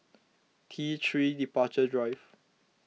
T three Departure Drive